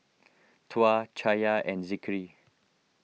Tuah Cahaya and Zikri